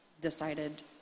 decided